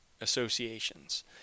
associations